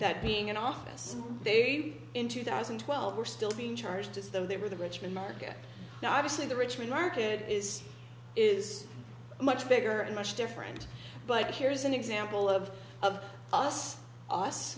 that being in office they in two thousand and twelve were still being charged as though they were the richmond market now obviously the richmond market is is much bigger and much different but here is an example of of us